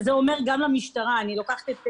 שזה אומר גם המשטרה אילן,